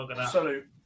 absolute